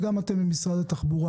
גם אתם ממשרד התחבורה